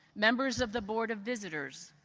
members of the board of visitors,